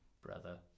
Brother